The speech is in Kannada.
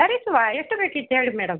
ತರಿಸುವಾ ಎಷ್ಟು ಬೇಕಿತ್ತು ಹೇಳಿ ಮೇಡಮ್